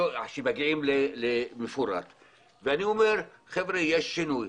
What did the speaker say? אני אומר שיש שינוי.